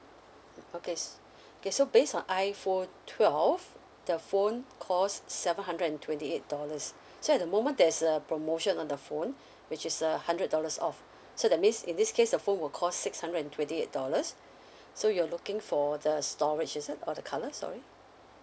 okay s~ okay so based on iphone twelve the phone cost seven hundred and twenty eight dollars so at the moment there's a promotion on the phone which is uh hundred dollars off so that means in this case the phone will cost six hundred twenty eight dollars so you're looking for the storage is it or the colour sorry